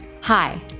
Hi